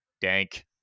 dank